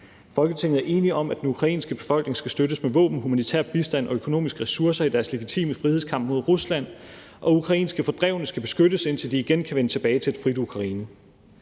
Folketinget er enige om, at den ukrainske befolkning skal støttes med våben, humanitær bistand og økonomiske ressourcer i deres legitime frihedskamp mod Rusland, og at ukrainske fordrevne skal beskyttes, indtil de igen kan vende tilbage til et frit Ukraine.